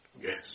Yes